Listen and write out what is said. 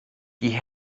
die